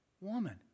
woman